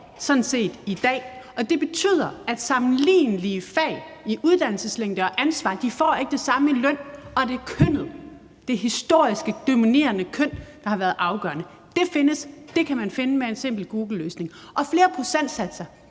at ansatte i fag, der er sammenlignelige med hensyn til uddannelseslængde og ansvar, ikke får det samme i løn, og det er kønnet, det historisk dominerende køn, der har været afgørende. Det findes; det kan man finde med en simpel googlesøgning. Og flere procentsatser